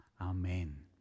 Amen